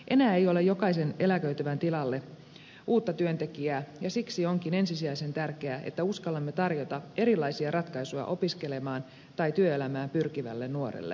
enää ei ole jokaisen eläköityvän tilalle uutta työntekijää ja siksi onkin ensisijaisen tärkeää että uskallamme tarjota erilaisia ratkaisuja opiskelemaan tai työelämään pyrkivälle nuorelle